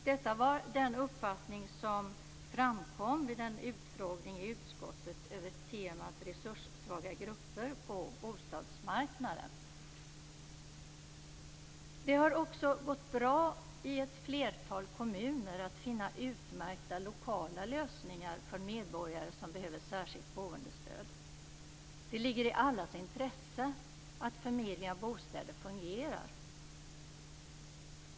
Detta var den uppfattning som framkom vid en utfrågning i utskottet över temat Det har också gått bra i ett flertal kommuner att finna utmärkta lokala lösningar för medborgare som behöver särskilt boendestöd. Det ligger i allas intresse att förmedling av bostäder fungerar.